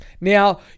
Now